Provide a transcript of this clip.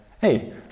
hey